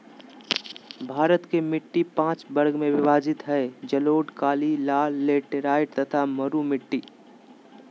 भारत के मिट्टी पांच वर्ग में विभाजित हई जलोढ़, काली, लाल, लेटेराइट तथा मरू मिट्टी